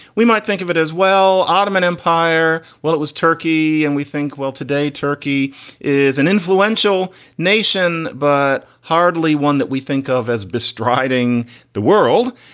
we might think of it as well. ottoman empire. well, it was turkey. and we think, well, today turkey is an influential nation, but hardly one that we think of as bestriding the world.